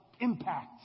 impact